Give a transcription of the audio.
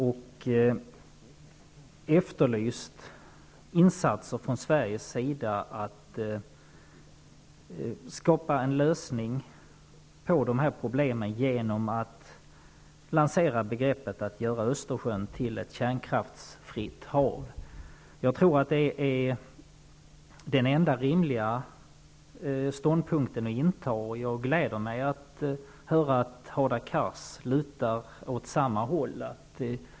Jag har efterlyst insatser från Sveriges sida för att hitta en lösning på problemen genom att lansera begreppet att göra Östersjön till ett kärnkraftsfritt hav. Jag tror att det är den enda rimliga ståndpunkt man kan inta. Jag gläder mig åt att höra att Hadar Cars lutar åt samma håll.